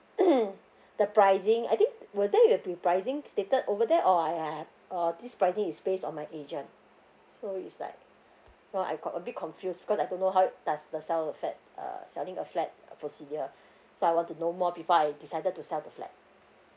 the pricing I think will there will be pricing stated over there or I I have uh this pricing is based on my agent so it's like you know I got a bit confused because I don't know how does the sell a flat uh selling a flat procedure so I want to know more before I decided to sell the flat